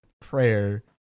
prayer